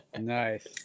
Nice